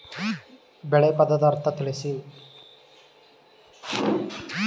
ಬೆಳೆ ಪದದ ಅರ್ಥ ತಿಳಿಸಿ?